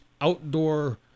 outdoor